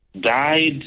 died